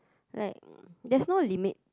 like there's no limit